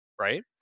Right